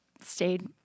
stayed